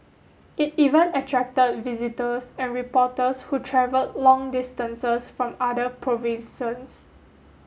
it even attracted visitors and reporters who travel long distances from other provinces